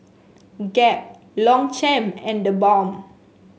Gap Longchamp and TheBalm